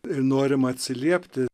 ir norim atsiliepti